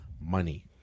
money